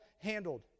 handled